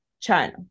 China